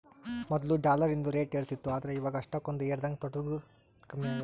ಮೊದ್ಲು ಡಾಲರಿಂದು ರೇಟ್ ಏರುತಿತ್ತು ಆದ್ರ ಇವಾಗ ಅಷ್ಟಕೊಂದು ಏರದಂಗ ತೊಟೂಗ್ ಕಮ್ಮೆಗೆತೆ